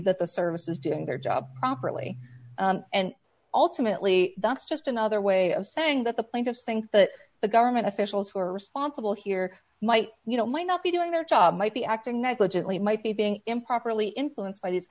that the service is doing their job properly and ultimately that's just another way of saying that the plaintiffs think that the government officials who are responsible here might you know might not be doing their job might be acting negligently might be being improperly influenced by th